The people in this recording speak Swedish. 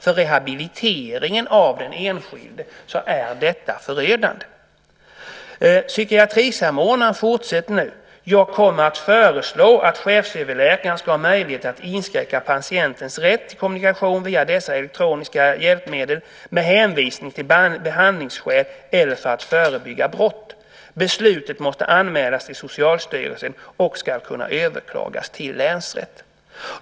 För rehabiliteringen av den enskilde är det förödande. Psykiatrisamordnaren fortsätter: Jag kommer att föreslå att chefsöverläkaren ska ha möjlighet att inskränka patientens rätt till kommunikation via dessa elektroniska hjälpmedel med hänvisning till behandlingsskäl eller för att förebygga brott. Beslutet måste anmälas till Socialstyrelsen och ska kunna överklagas till länsrätten.